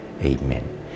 amen